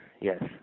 yes